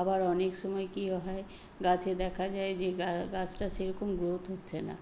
আবার অনেকসময় কী হয় গাছে দেখা যায় যে গাছটা সেরকম গ্রোথ হচ্ছে না